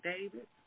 David